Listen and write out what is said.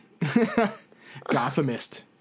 Gothamist